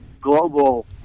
global